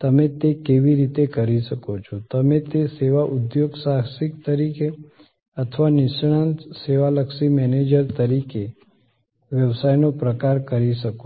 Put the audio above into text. તમે તે કેવી રીતે કરી શકો છો તમે તે સેવા ઉદ્યોગસાહસિક તરીકે અથવા નિષ્ણાત સેવા લક્ષી મેનેજર તરીકે વ્યવસાયનો પ્રકાર કરી શકશો